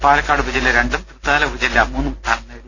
പാലക്കാട് ഉപജില്ല രണ്ടും തൃത്താല ഉപജില്ല മൂന്നും സ്ഥാനം നേടി